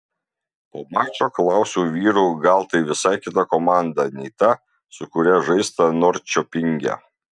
po mačo klausiau vyrų gal tai visai kita komanda nei ta su kuria žaista norčiopinge